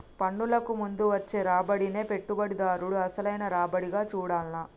పన్నులకు ముందు వచ్చే రాబడినే పెట్టుబడిదారుడు అసలైన రాబడిగా చూడాల్ల